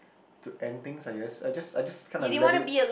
to end things I guess I just I just kinda let it